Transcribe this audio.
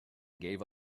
gave